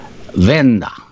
Venda